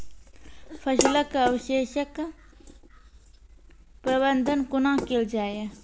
फसलक अवशेषक प्रबंधन कूना केल जाये?